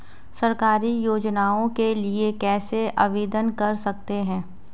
सरकारी योजनाओं के लिए कैसे आवेदन कर सकते हैं?